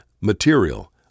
Material